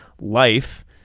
life